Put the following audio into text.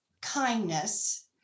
kindness